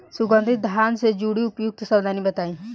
सुगंधित धान से जुड़ी उपयुक्त सावधानी बताई?